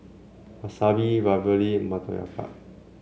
Wasabi Ravioli Motoyaki